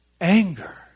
anger